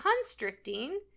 constricting